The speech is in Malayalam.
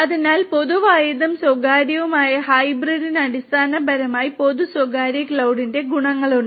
അതിനാൽ പൊതുവായതും സ്വകാര്യവുമായത് ഹൈബ്രിഡിന് അടിസ്ഥാനപരമായി പൊതു സ്വകാര്യ ക്ലൌഡിന്റെ ഗുണങ്ങളുണ്ട്